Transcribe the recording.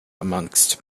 amongst